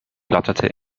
flatterte